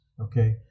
Okay